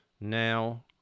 Now